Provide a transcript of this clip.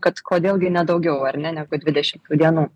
kad kodėl gi ne daugiau ar ne negu dvidešimt tų dienų